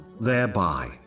thereby